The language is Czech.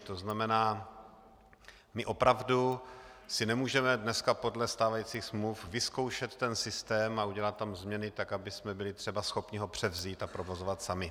To znamená, my opravdu si nemůžeme dneska podle stávajících smluv vyzkoušet ten systém a udělat tam změny tak, abychom byli třeba schopni ho převzít a provozovat sami.